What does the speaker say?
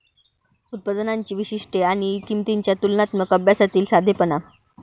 उत्पादनांची वैशिष्ट्ये आणि किंमतींच्या तुलनात्मक अभ्यासातील साधेपणा